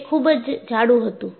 તે ખૂબ જ જાડુ હતું